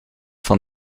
van